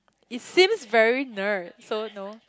it seems very nerd so no